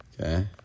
okay